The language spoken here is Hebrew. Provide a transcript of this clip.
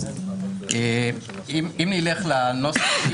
אם נלך לנוסח עצמו,